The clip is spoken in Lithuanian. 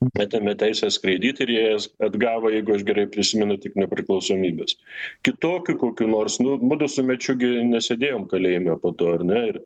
atėmė teisę skraidyti ir jie jas atgavo jeigu aš gerai prisimenu tik nepriklausomybės kitokių kokių nors nu mudu su mečiu gi nesėdėjom kalėjime po to ar ne ir